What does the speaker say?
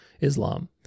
Islam